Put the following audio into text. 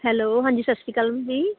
hello ਹਾਂਜੀ ਸਤਿ ਸ਼੍ਰੀ ਅਕਾਲ ਜੀ